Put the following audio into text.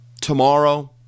tomorrow